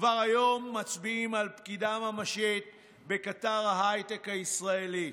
כבר היום מצביעים על פגיעה ממשית בקטר ההייטק הישראלי,